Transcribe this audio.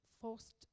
forced